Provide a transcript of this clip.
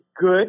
good